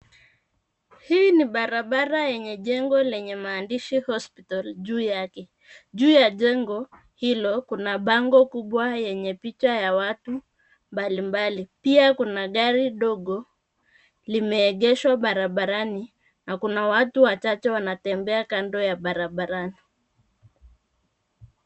Hii ni barabara enye jengo lenye maandishi hospital juu yake. Juu ya jengo hilo kuna bango kubwa enye picha ya watu mbalimbali. Pia kuna gari dogo limeegeshwa barabarani na kuna watu wachache wanatembea kando ya barabarani.